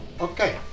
Okay